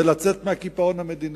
הוא לצאת מהקיפאון המדיני.